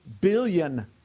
billion